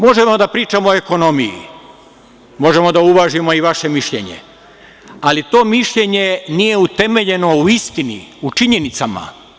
Možemo da pričamo o ekonomiji, možemo da uvažimo i vaše mišljenje, ali to mišljenje nije utemeljeno u istini, u činjenicama.